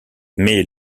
mais